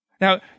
Now